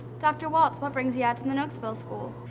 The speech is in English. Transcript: dr. walts, what brings you out to the nokesville school?